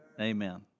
Amen